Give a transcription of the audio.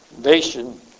nation